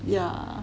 yeah